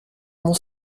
mon